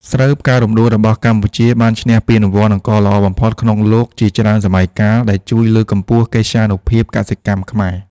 ស្រូវផ្ការំដួលរបស់កម្ពុជាបានឈ្នះពានរង្វាន់អង្ករល្អបំផុតក្នុងលោកជាច្រើនសម័យកាល ដែលជួយលើកកម្ពស់កិត្យានុភាពកសិកម្មខ្មែរ។